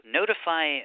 notify